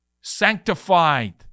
Sanctified